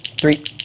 three